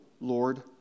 Lord